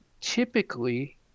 typically